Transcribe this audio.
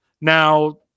Now